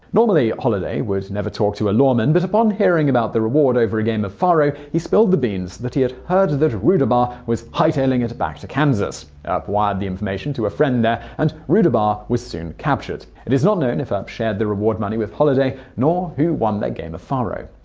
normally, holliday would never talk to a lawman, but upon hearing about the reward over a game of faro, he spilled the beans that he had heard that rudabaugh was hightailing it back to kansas. earp wired the information to a friend there and rudabaugh was soon captured. it is not known if earp shared the reward money with holliday, nor who won that game of faro.